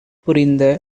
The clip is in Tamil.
புரிந்த